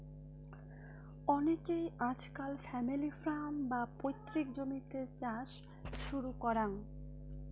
অনেইকে আজকাল family farm, বা পৈতৃক জমিতে চাষ শুরু করাং